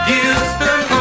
Houston